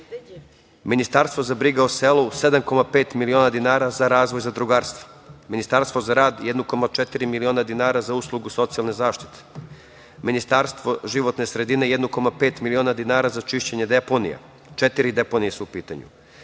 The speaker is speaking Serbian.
Ministarstvo za brigu o selu 7,5 miliona dinara za razvoj zadrugarstva, Ministarstvo za rad 1,4 miliona dinara za uslugu socijalne zaštite, Ministarstvo životne sredine 1,5 miliona dinara za čišćenje deponija, četiri deponije su u pitanju,